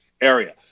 area